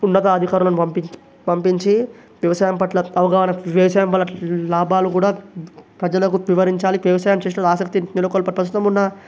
ఉన్నతాధికారులను పంపించి పంపించి వ్యవసాయం పట్ల అవగాహనను వ్యవసాయం పట్ల లాభాలు కూడా ప్రజలకు వివరించాలి వ్యవసాయం చేసేలా ఆసక్తి నెలకొలిపి ప్రస్తుతం ఉన్న